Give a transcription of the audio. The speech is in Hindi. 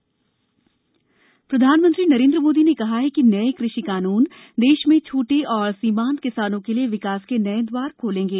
प्रधानमंत्री राज्यसभा प्रधानमंत्री नरेंद्र मोदी ने कहा है कि नए कृषि कानून देश में छोटे और सीमांत किसानों के लिए विकास के नये दवार खोलेंगे